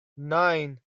nine